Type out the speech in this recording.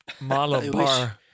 Malabar